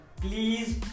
please